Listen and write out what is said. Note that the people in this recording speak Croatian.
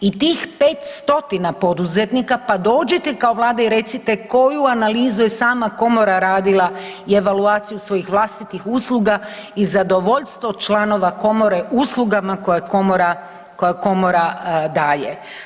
I tih 500 poduzetnika pa dođite kao Vlada i recite koju analizu je sama komora radila i evaluaciju svojih vlastitih usluga i zadovoljstvo članova komore uslugama koje komora, koje komora daje.